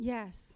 Yes